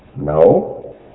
No